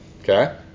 Okay